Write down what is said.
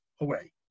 away